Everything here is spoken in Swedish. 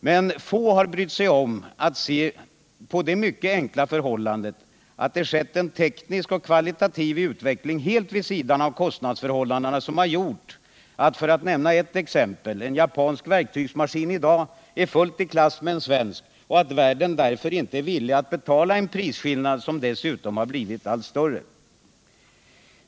Men få har brytt sig om att se på det mycket enkla förhållandet, att det skett en teknisk och kvalitativ utveckling helt vid sidan av kostnadsförhållandena som gjort att — för att nämna ett exempel — en japansk verktygsmaskin i dag är fullt i klass med en svensk och att världen därför inte längre är villig att betala en prisskillnad som dessutom blivit allt större.